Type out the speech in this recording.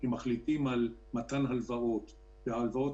אם מחליטים על מתן הלוואות וההלוואות